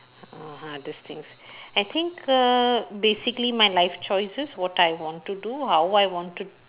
uh hardest thing I think err basically my life choices what I want to do how I want to